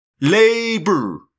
Labor